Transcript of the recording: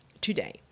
today